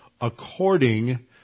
according